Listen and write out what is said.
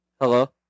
Hello